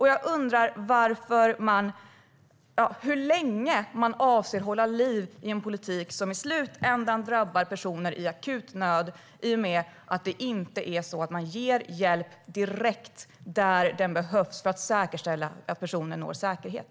Jag undrar hur länge man avser att hålla liv i en politik som i slutändan drabbar personer i akut nöd i och med att man inte ger hjälp direkt där den behövs för att säkerställa att personer når säkerhet.